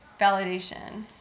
validation